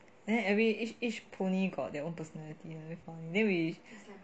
then every each each pony got their own personality then very funny then we